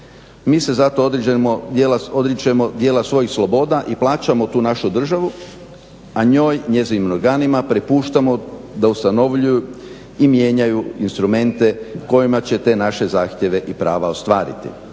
Mi se zato odričemo dijela svojih sloboda i plaćamo tu našu državu, a njoj i njezinim organima prepuštamo da ustanovljuju i mijenjaju instrumente kojima će te naše zahtjeve i prava ostvariti.